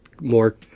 more